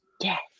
Yes